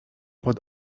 pod